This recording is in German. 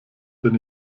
bin